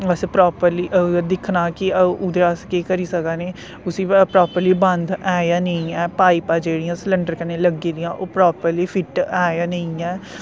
अस प्रापर्ली दिक्खना कि ओह्दे अस केह् करी सकना ने उसी प्रापर्ली बंद ऐ जां नेई ऐ पाइपां जेहड़ियां सिलेंडर कन्नै लग्गी दियां ओह् प्रापर्ली फिट ऐ जां नेई ऐ